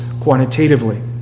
quantitatively